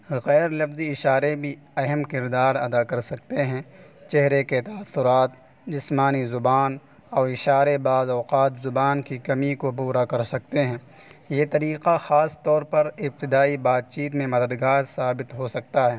غیر لفظی اشارے بھی اہم کردار ادا کر سکتے ہیں چہرے کے تاثرات جسمانی زبان اور اشارے بعض اوقات زبان کی کمی کو پورا کر سکتے ہیں یہ طریقہ خاص طور پر ابتدائی بات چیت میں مددگار ثابت ہو سکتا ہے